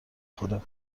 خدا